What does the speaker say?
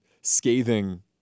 scathing